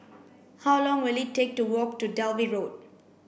how long will it take to walk to Dalvey Road